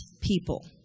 people